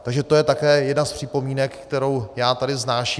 Takže to je také jedna z připomínek, kterou já tady vznáším.